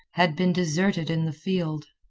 had been deserted in the field.